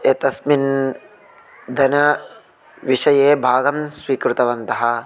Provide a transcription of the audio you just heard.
एतस्मिन् धनविषये भागं स्वीकृतवन्तः